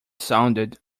sounded